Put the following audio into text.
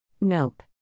Nope